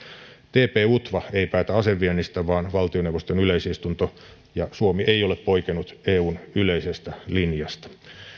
tp utva ei päätä aseviennistä vaan valtioneuvoston yleisistunto ja suomi ei ole poikennut eun yleisestä linjasta